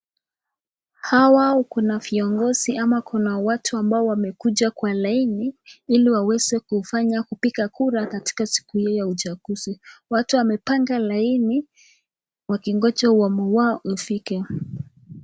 Hawa kuna viongozi ama kuna watu ambao wamekuja kwa laini hili waweze kufanya kupika kura siku hiyo ya uchaguzi. Watu wapanga laini wakingoja huamu wao ufike.